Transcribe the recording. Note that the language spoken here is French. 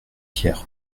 hier